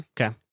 Okay